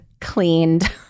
cleaned